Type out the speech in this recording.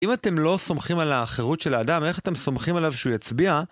אם אתם לא סומכים על החירות של האדם, איך אתם סומכים עליו שהוא יצביע?